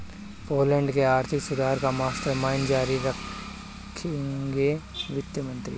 Poland के आर्थिक सुधार का मास्टरमाइंड जारी रखेंगे वित्त मंत्री